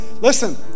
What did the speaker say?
listen